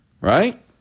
right